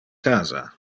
casa